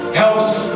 helps